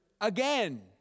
again